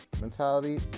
mentality